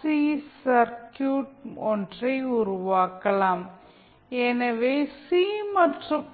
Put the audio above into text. C circuit ஒன்றை உருவாக்கலாம் எனவே சி மற்றும்